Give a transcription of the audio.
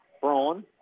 Braun